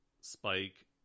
Spike